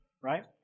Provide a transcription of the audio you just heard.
Right